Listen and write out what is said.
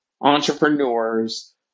entrepreneurs